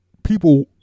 People